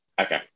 Okay